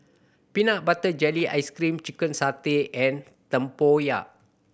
peanut butter jelly ice cream chicken satay and tempoyak